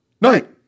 night